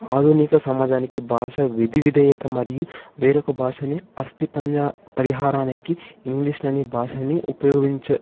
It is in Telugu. ఆధునిక సమాజానికి భాష విధి విధేయత మరియు వేరొక భాషని అస్తిపంజ పరిహారానికి ఇంగ్లీష్ అనే భాషని ఉపయోగించ